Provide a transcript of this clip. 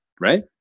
right